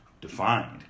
defined